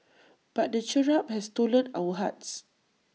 but the cherub has stolen our hearts